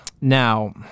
Now